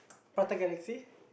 prata galaxy